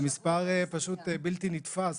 מספר פשוט בלתי נתפס.